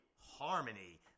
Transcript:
Harmony